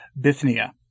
Bithynia